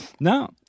no